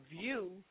view